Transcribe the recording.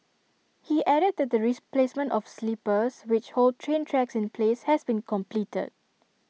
he added that the placement of sleepers which hold train tracks in place has been completed